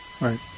Right